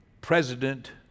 President